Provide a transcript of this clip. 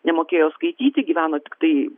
nemokėjo skaityti gyveno tiktai